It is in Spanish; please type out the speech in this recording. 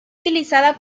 utilizada